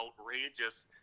outrageous